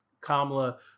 Kamala